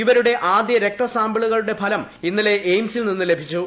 ഇവരുടെ ആദ്യ രക്ത സാമ്പിളികളുടെ ഫലം ഇന്നലെ എയിംസിൽ നിന്ന് ലഭിച്ചു